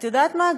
את יודעת מה?